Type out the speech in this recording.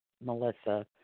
Melissa